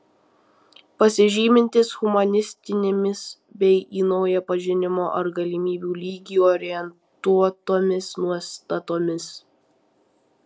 pasižymintis humanistinėmis bei į naują pažinimo ar galimybių lygį orientuotomis nuostatomis